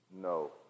no